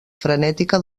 frenètica